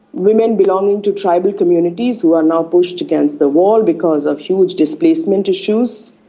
women belonging to tribal communities who are now pushed against the wall because of huge displacement issues,